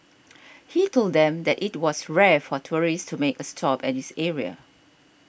he told them that it was rare for tourists to make a stop at this area